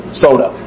soda